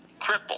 Cripple